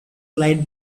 light